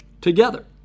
together